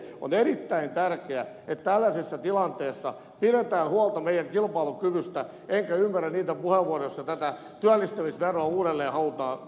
on erittäin tärkeää että tällaisessa tilanteessa pidetään huolta meidän kilpailukyvystämme enkä ymmärrä niitä puheenvuoroja joissa tätä työllistämisveroa uudelleen halutaan saada aikaan